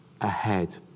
ahead